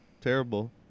Terrible